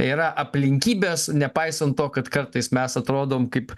yra aplinkybės nepaisant to kad kartais mes atrodom kaip